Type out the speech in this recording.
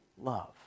love